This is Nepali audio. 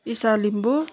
ईशा लिम्बू